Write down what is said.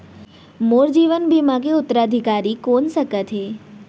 मोर जीवन बीमा के उत्तराधिकारी कोन सकत हे?